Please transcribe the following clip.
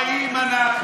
חפצי חיים אנחנו.